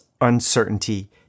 uncertainty